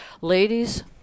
ladies